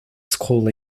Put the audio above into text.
school